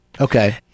Okay